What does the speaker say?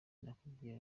nakubwiye